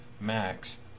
Max